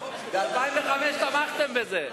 ב-2005 תמכתם בזה.